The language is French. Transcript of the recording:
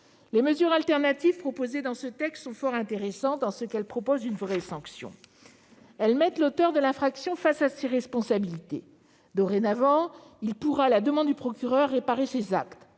Les mesures alternatives proposées dans ce texte sont fort intéressantes, en ce qu'elles proposent une réelle sanction et mettent l'auteur de l'infraction face à ses responsabilités. Dorénavant, ce dernier pourra, à la demande du procureur, réparer ses actes,